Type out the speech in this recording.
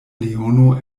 leono